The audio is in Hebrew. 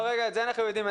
את זה אנחנו יודעים.